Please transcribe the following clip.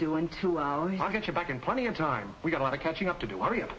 do in two hours i'll get you back in plenty of time we got a lot of catching up to do are you